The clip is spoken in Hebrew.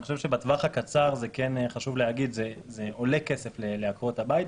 אני חושב שבטווח הקצר זה חשוב להגיד שזה עולה כסף לעקרות הבית.